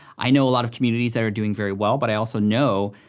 i know a lot of communities that are doing very well, but i also know,